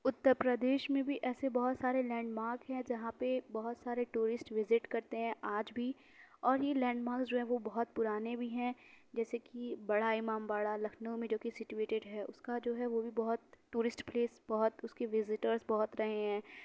اترپردیش میں بھی ایسے بہت سارے لینڈ مارک ہیں جہاں پہ بہت سارے ٹورسٹ وزٹ کرتے ہیں آج بھی اور یہ لینڈ مارک جو ہیں وہ بہت پرانے بھی ہیں جیسے کہ بڑا امام باڑہ لکھنؤ میں جو کہ سچویٹیڈ ہے اس کا جو ہے وہ بھی بہت ٹورسٹ پلیس بہت اس کے وزیٹرس بہت رہے ہیں